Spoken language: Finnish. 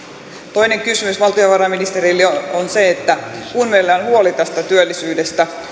toinen kysymys valtiovarainministerille on se että kun meillä on huoli tästä työllisyydestä